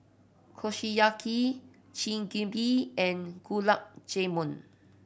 Kushiyaki Chigenabe and Gulab Jamun